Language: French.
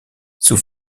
sous